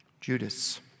Judas